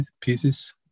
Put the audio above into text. pieces